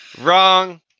wrong